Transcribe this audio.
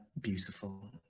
beautiful